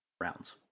rounds